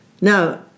Now